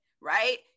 right